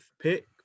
pick